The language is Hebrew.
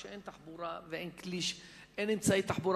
כשאין תחבורה ואין אמצעי תחבורה,